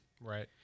Right